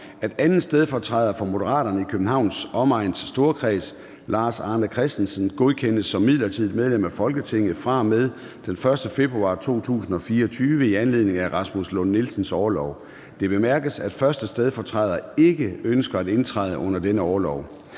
at 2. stedfortræder for Moderaterne i Københavns Omegns Storkreds, Lars Arne Christensen, godkendes som midlertidigt medlem af Folketinget fra og med den 1. februar 2024 i anledning af Rasmus Lund-Nielsens orlov. Det bemærkes, at 1. stedfortræder ikke ønsker at indtræde under denne orlov.